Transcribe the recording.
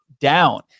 down